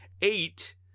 eight